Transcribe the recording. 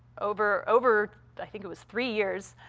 over, over i think it was three years,